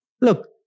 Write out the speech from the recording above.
Look